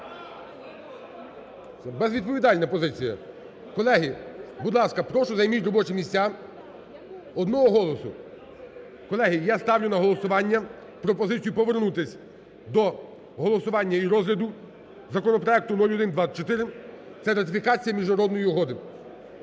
безвідповідальна позиція. Колеги, будь ласка, прошу, займіть робочі місця. Одного голосу. Колеги, я ставлю на голосування пропозицію повернутись до голосування і розгляду законопроекту 0124, це ратифікація міжнародної угоди.